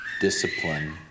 discipline